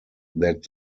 that